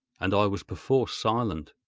and i was perforce silent.